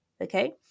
okay